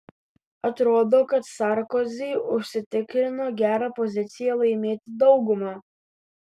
atrodo kad sarkozy užsitikrino gerą poziciją laimėti daugumą